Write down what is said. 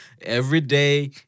everyday